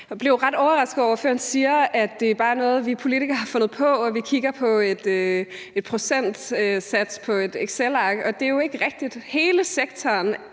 og blev ret overrasket over, at ordføreren siger, at det bare er noget, vi politikere har fundet på: at vi kigger på en procentsats på et excelark. Det er jo ikke rigtigt. Hele sektoren,